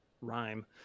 rhyme